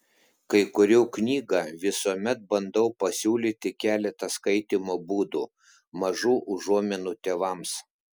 kai kuriu knygą visuomet bandau pasiūlyti keletą skaitymo būdų mažų užuominų tėvams